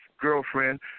girlfriend